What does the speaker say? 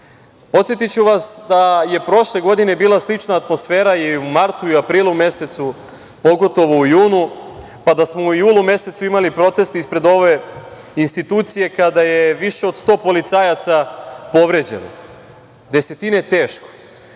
vas da je prošle godine bila slična atmosfera i u martu i aprilu mesecu, pogotovo u junu, pa da smo u julu mesecu imali proteste ispred ove institucije kada je više od 100 policajaca povređeno, desetine teško,